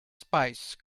spice